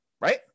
right